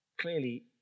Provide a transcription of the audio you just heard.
Clearly